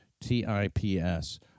T-I-P-S